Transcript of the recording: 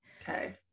okay